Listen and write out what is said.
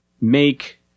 make